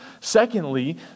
Secondly